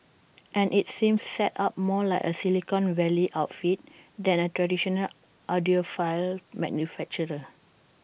and IT seems set up more like A Silicon Valley outfit than A traditional audiophile manufacturer